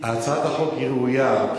הצעת החוק היא ראויה,